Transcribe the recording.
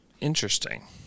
Interesting